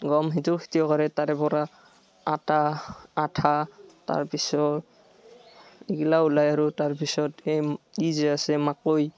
গম খেতিয়ো খেতি কৰে তাৰপৰা আটা আঠা তাৰপিছত এইবিলাক ওলায় আৰু তাৰপিছত এই ই যে আছে মাকৈ